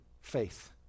Faith